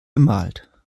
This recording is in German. bemalt